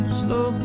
slow